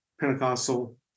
Pentecostal